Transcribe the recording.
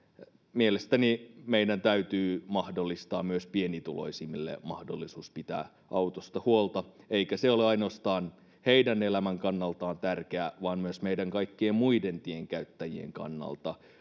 mielestäni meidän täytyy mahdollistaa myös pienituloisimmille mahdollisuus pitää autosta huolta eikä se ole ainoastaan heidän elämänsä kannalta tärkeä vaan myös meidän kaikkien muiden tienkäyttäjien kannalta